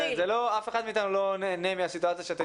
אף אחד מאיתנו לא נהנה מהסיטואציה שאתן